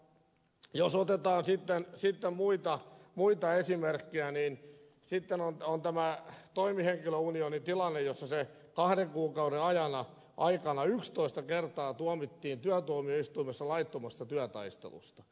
jos otetaan muita esimerkkejä niin sitten on tämä toimihenkilöunionin tilanne jossa se kahden kuukauden aikana tuomittiin yksitoista kertaa työtuomioistuimessa laittomasta työtaistelusta